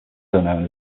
known